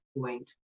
point